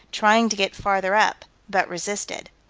trying to get farther up, but resisted.